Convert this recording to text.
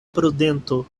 prudento